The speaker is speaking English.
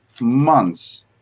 months